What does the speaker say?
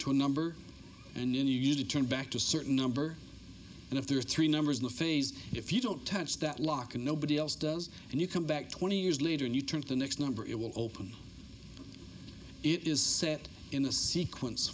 to a number and then you turn back to certain number and if there are three numbers in the phase if you don't touch that lock and nobody else does and you come back twenty years later and you turn to the next number it will open it is set in a sequence